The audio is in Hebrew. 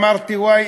אמרתי: ואי,